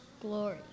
glory